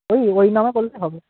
ওই ওই নামে করলে হবে